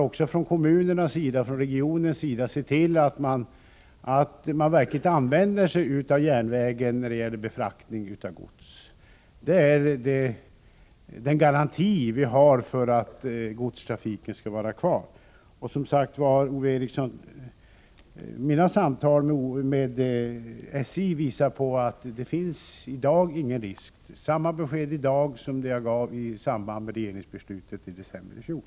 Också från kommunernas sida och från industrierna i regionen måste man se till att järnvägen verkligen används när det gäller befraktning av gods. Detta är den garanti man har för att godstrafiken skall vara kvar. Och, Ove Eriksson: mina samtal med SJ visar som sagt att det i dag inte finns någon risk. Det är samma besked i dag som det jag gav i samband med regeringsbeslutet i december i fjol.